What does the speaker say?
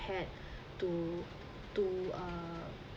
ipad to to uh